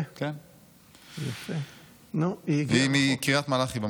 במקור היא מקריית מלאכי.